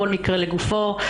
כל מקרה לגופו.